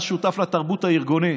אתה שותף לתרבות הארגונית,